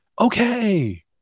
okay